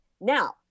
Now